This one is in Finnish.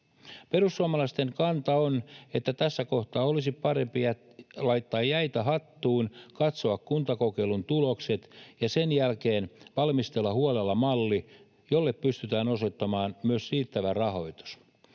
Perussuomalaisten kanta on, että tässä kohtaa olisi parempi laittaa jäitä hattuun, katsoa kuntakokeilun tulokset ja sen jälkeen valmistella huolella malli, jolle pystytään osoittamaan myös riittävä rahoitus.